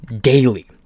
daily